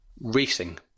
Racing